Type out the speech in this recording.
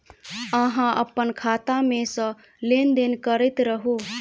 अहाँ अप्पन खाता मे सँ लेन देन करैत रहू?